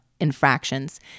infractions